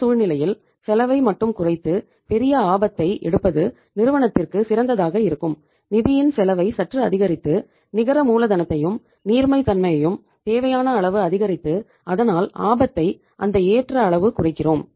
இந்த சூழ்நிலையில் செலவை மட்டும் குறைத்து பெரிய ஆபத்தை எடுப்பது நிறுவனத்திற்கு சிறந்ததாக இருக்கும் நிதியின் செலவை சற்று அதிகரித்து நிகர மூலதனத்தையும் நீர்மை தன்மையையும் தேவையான அளவு அதிகரித்து அதனால் ஆபத்தை அந்த ஏற்ற அளவு குறைக்கிறோம்